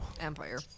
Empire